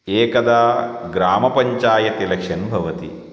एकदा ग्रामपञ्चायत् एलेक्शन् भवति